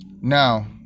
Now